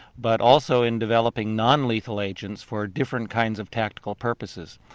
but also in developing non-lethal agents for different kinds of tactical purposes.